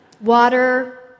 Water